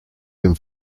dem